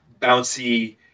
bouncy